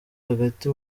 hagati